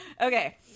Okay